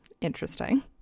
interesting